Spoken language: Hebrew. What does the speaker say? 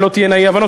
שלא תהיינה אי-הבנות,